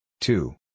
Two